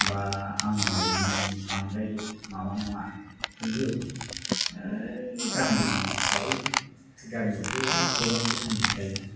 बा आङो माने बांद्राय माबा नङा खिन्तु आह गामि हिसाबै गामियावथ' गोबां रोखोमनि थायो ना